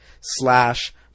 slash